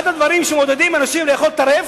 אחד הדברים שמעודדים אנשים לאכול טרף,